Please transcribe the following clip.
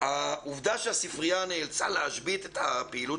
העובדה שהספרייה נאלצה להשבית את הפעילות